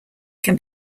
can